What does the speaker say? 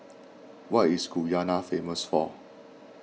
what is Guyana famous for